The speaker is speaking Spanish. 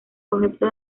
objeto